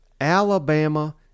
Alabama